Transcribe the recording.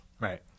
Right